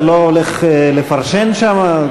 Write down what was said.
אתה לא הולך לפרשן שם?